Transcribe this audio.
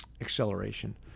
acceleration